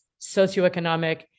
socioeconomic